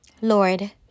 Lord